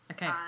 Okay